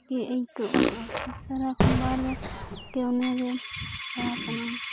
ᱜᱮ ᱟᱹᱭᱠᱟᱹᱜᱼᱟ ᱥᱟᱨᱟᱠᱷᱚᱱ ᱵᱟᱨ ᱵᱟᱨᱜᱮ ᱚᱱᱟᱜᱮ ᱯᱟᱲᱦᱟᱣ ᱥᱟᱱᱟᱢᱟ